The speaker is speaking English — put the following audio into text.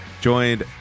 joined